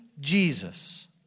Jesus